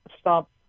stop